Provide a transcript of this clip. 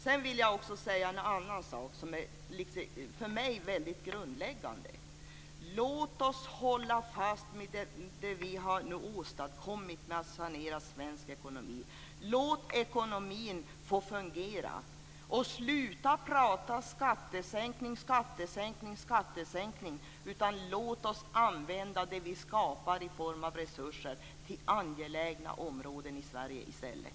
Sedan vill jag också säga en annan sak, som för mig är väldigt grundläggande. Låt oss hålla fast vid det vi har åstadkommit vad det gäller saneringen av svensk ekonomi. Låt ekonomin få fungera. Sluta prata skattesänkning och låt oss använda det vi skapar i form av resurser till angelägna områden i Sverige i stället.